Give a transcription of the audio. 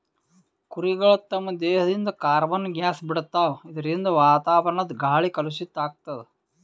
ಕುರಿಗಳ್ ತಮ್ಮ್ ದೇಹದಿಂದ್ ಕಾರ್ಬನ್ ಗ್ಯಾಸ್ ಬಿಡ್ತಾವ್ ಇದರಿಂದ ವಾತಾವರಣದ್ ಗಾಳಿ ಕಲುಷಿತ್ ಆಗ್ತದ್